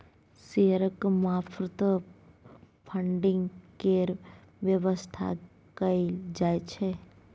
शेयरक मार्फत फडिंग केर बेबस्था कएल जाइ छै